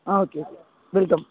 ആ okay okay welcome